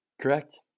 Correct